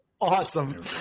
awesome